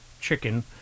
chicken